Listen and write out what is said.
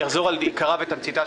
אעבור שוב על עיקרה ותמציתה.